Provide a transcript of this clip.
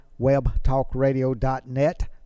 webtalkradio.net